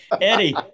Eddie